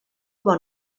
bon